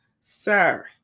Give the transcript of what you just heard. sir